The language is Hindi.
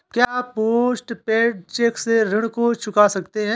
क्या पोस्ट पेड चेक से ऋण को चुका सकते हैं?